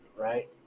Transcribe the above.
right